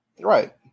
Right